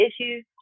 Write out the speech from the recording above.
issues